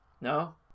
No